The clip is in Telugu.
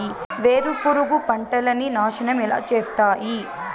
వేరుపురుగు పంటలని నాశనం ఎలా చేస్తాయి?